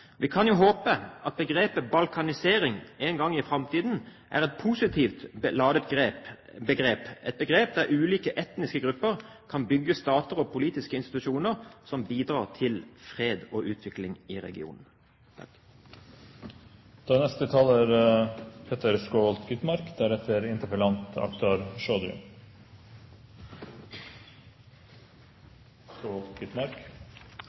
Vi kan jo håpe at begrepet balkanisering en gang i framtiden er et positiv ladet begrep, et begrep der ulike etniske grupper kan bygge stater og politiske institusjoner som bidrar til fred og utvikling i regionen. Vest-Balkan er